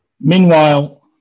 Meanwhile